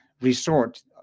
resort